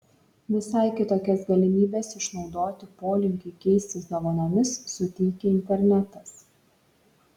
visai kitokias galimybes išnaudoti polinkiui keistis dovanomis suteikia internetas